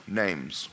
names